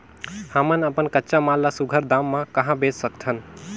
हमन अपन कच्चा माल ल सुघ्घर दाम म कहा बेच सकथन?